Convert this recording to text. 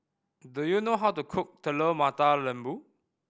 do you know how to cook Telur Mata Lembu